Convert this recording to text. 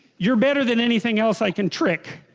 you're better than anything else i can trick